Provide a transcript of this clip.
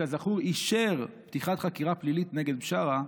שכזכור אישר פתיחת חקירה פלילית נגד בשארה,